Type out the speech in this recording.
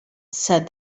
said